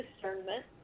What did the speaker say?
discernment